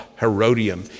Herodium